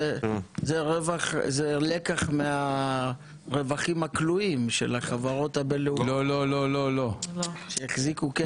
זה לקח מהרווחים הכלואים של החברות הבינלאומיות שהחזיקו כסף בצד.